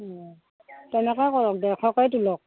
অ তেনেকুৱা কৰক ডেৰশকৈ তোলক